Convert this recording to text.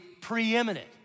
preeminent